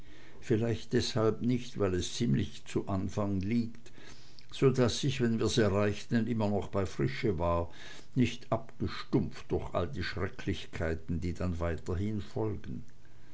vielleicht deshalb nicht weil es ziemlich zu anfang liegt so daß ich wenn wir's erreichten immer noch bei frische war nicht abgestumpft durch all die schrecklichkeiten die dann weiterhin folgen